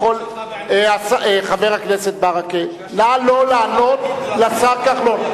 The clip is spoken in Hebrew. חבר הכנסת ברכה, נא לא לענות לשר כחלון.